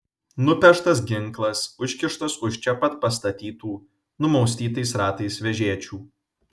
nupeštas ginklas užkištas už čia pat pastatytų numaustytais ratais vežėčių